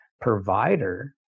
provider